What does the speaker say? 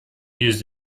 used